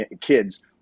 kids